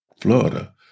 Florida